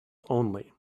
only